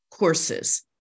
courses